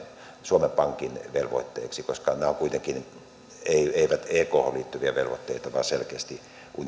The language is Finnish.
suomen pankin velvoitteeksi koska nämä eivät ole ekphen liittyviä velvoitteita vaan selkeästi unioniin liittyviä velvoitteita